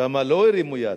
שם לא הרימו יד.